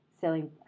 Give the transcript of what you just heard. selling